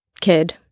kid